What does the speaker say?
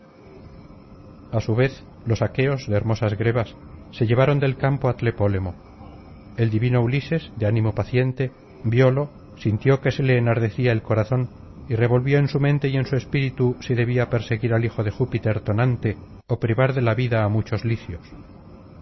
a su vez los aqueos de hermosas grebas se llevaron del campo á tlepólemo el divino ulises de ánimo paciente violo sintió que se le enardecía el corazón y revolvió en su mente y en su espíritu si debía perseguir al hijo de júpiter tonante ó privar de la vida á muchos licios